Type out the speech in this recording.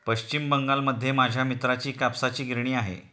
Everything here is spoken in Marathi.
पश्चिम बंगालमध्ये माझ्या मित्राची कापसाची गिरणी आहे